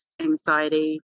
anxiety